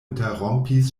interrompis